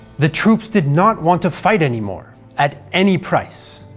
the troops did not want to fight anymore at any price!